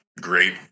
great